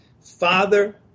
Father